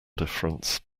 difference